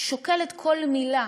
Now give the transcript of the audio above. שוקלת כל מילה,